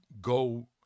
go